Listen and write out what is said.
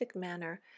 manner